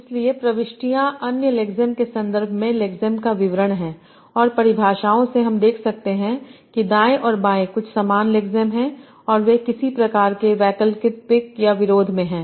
इसलिए प्रविष्टियां अन्य लेक्सेम के संदर्भ में लेक्सेम का विवरण हैं और परिभाषाओं से हम देखसकते हैं कि दाएँ और बाएँ कुछ समान लेक्सम हैं और वे किसी प्रकार के वैकल्पिक या विरोध में हैं